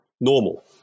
normal